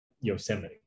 Yosemite